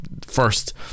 first